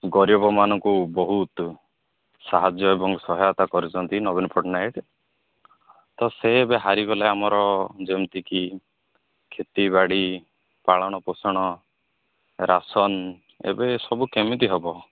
ଗରିବମାନଙ୍କୁ ବହୁତ ସାହାଯ୍ୟ ଏବଂ ସହଯୋଗ କରିଛନ୍ତି ନବୀନ ପଟ୍ଟନାୟକ ତ ସେ ଏବେ ହାରିଗଲେ ଆମର ଯେମିତି କି ଖେତୀ ବାଡ଼ି ପାଳନ ପୋଷଣ ରାସନ ଏବେ ସବୁ କେମିତି ହେବ